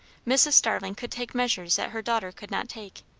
mrs. starling could take measures that her daughter could not take.